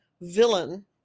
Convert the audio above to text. villain